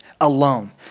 alone